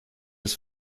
des